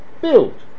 build